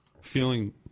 Feeling